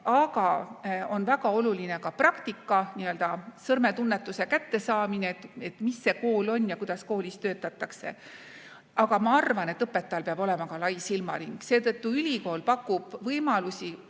aga väga oluline on ka praktika, n‑ö sõrmetunnetuse kättesaamine, et mis see kool on ja kuidas koolis töötatakse. Aga ma arvan, et õpetajal peab olema ka lai silmaring, seetõttu ülikool pakub võimalusi